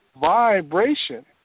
vibration